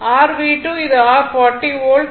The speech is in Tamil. rV2 இது r 40 வோல்ட்